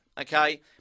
okay